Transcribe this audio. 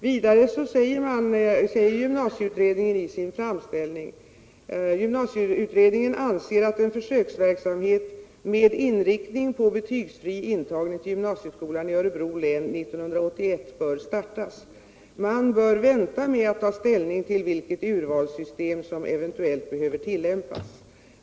Vidare anser gymnasieutredningen i sin framställning ”att en försöksverksamhet med inriktning på betygsfri intagning till gymnasieskolan i Örebro län 1981 bör startas. Man bör vänta med att ta ställning till vilket urvalssystem som eventuellt behöver tillämpas.